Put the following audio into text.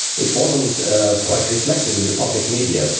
it wasn't quite reflected in the public media,